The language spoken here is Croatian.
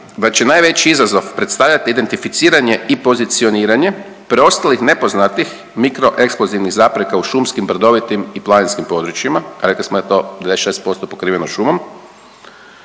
da će najveći izazov predstavljati identificiranje i pozicioniranje preostalih nepoznatih mikroeksplozivnih zapreka u šumskim, brdovitim i planinskim područjima, a rekli smo da je to 96% pokriveno šumom,